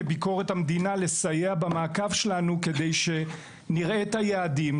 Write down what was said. כי ביקורת המדינה לסייע במעקב שלנו כדי שנראה את היעדים,